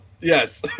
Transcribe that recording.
yes